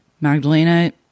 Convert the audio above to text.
Magdalena